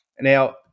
now